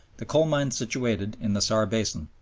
the coal-mines situated in the saar basin.